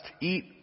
eat